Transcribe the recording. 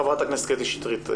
חברת הכנסת קטי שטרית.